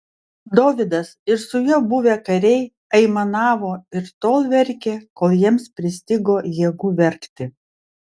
dovydas ir su juo buvę kariai aimanavo ir tol verkė kol jiems pristigo jėgų verkti